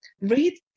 read